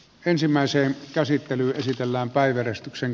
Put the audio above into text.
ensimmäiseen käsittely esitellään päiveristyksen